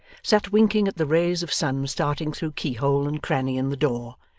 sat winking at the rays of sun starting through keyhole and cranny in the door,